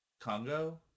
Congo